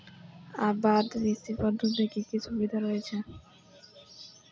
আবাদ কৃষি পদ্ধতির কি কি সুবিধা রয়েছে?